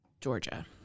Georgia